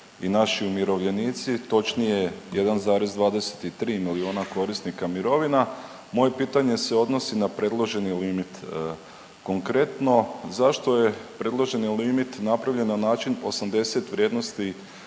i naši umirovljenici, točnije, 1,23 milijuna korisnika mirovina. Moje pitanje se odnosi na predloženi limit. Konkretno, zašto je predloženi limit napravljen na način 80 vrijednosti